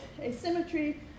asymmetry